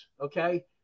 okay